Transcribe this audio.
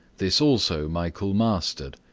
this also michael mastered.